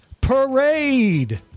parade